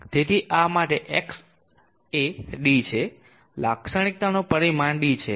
તેથી આ માટે X એ d છે લાક્ષણિકતાઓનું પરિમાણ d છે